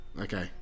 Okay